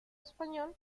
español